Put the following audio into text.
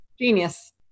Genius